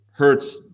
Hurts